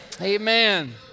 Amen